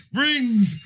rings